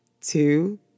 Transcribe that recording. two